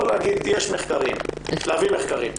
לא להגיד רק "יש מחקרים" אלא להביא מחקרים.